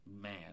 man